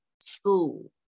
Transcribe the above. school